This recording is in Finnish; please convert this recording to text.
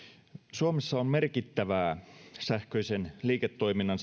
suomessa on merkittävää sähköisen liiketoiminnan